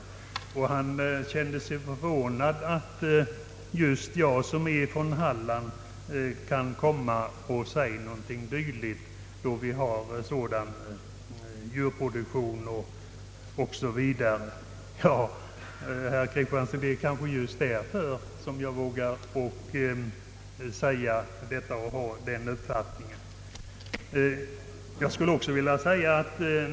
Herr Kristiansson kände sig förvånad över att just jag som är från Halland kan säga någonting dylikt, eftersom vi där har en så stor djurproduktion o.s.v. Ja, herr Kristiansson, det är kanske just därför som jag vågar ha den uppfattningen.